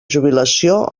jubilació